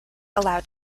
allowed